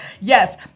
Yes